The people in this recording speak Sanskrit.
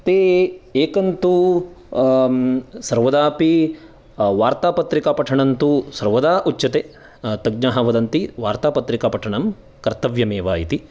ते एकं तु सर्वदा अपि वार्तापत्रिकापठनं तु सर्वदा उच्यते तज्ञः वदन्ति वार्तापत्रिकापठनं कर्तव्यम् एव इति